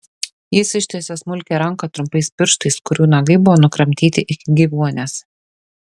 jis ištiesė smulkią ranką trumpais pirštais kurių nagai buvo nukramtyti iki gyvuonies